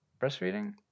breastfeeding